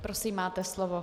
Prosím, máte slovo.